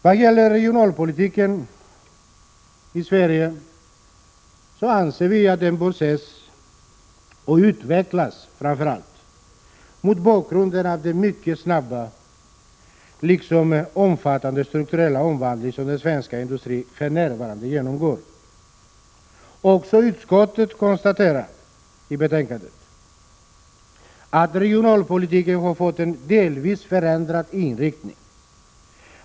Vad gäller regionalpolitiken i Sverige anser vi att den bör ses och utvecklas framför allt mot bakgrund av den mycket snabba och omfattande strukturella omvandling som den svenska industrin för närvarande genomgår. Också utskottet konstaterar i betänkandet att regionalpolitiken har fått en delvis förändrad inriktning.